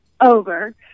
over